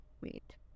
Wait